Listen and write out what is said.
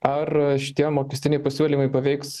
ar šitie mokestiniai pasiūlymai paveiks